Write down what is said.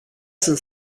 sunt